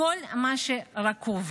כל מה שרקוב.